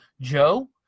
Joe